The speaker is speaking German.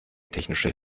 technische